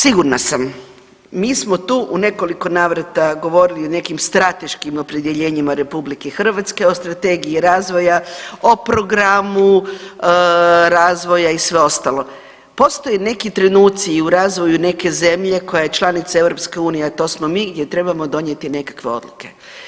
Sigurna sam, mi smo tu nekoliko navrata govorili o nekim strateškim opredjeljenjima RH, o strategiji razvoja, o programu razvoja i sve ostalo, postoje neki trenuci i u razvoju neke zemlje koja je članica EU, a to smo mi gdje trebamo donijeti nekakve odluke.